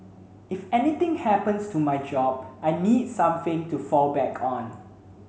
if anything happens to my job I need something to fall back on